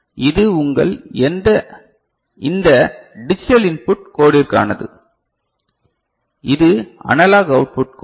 இது உங்கள் இந்த டிஜிட்டல் இன்புட் கோடிற்கானது இது அனலாக் அவுட் புட் கோட்